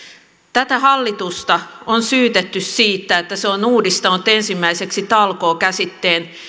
tätä hallitusta on syytetty siitä että se on uudistanut ensimmäiseksi talkoo käsitteen